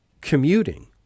commuting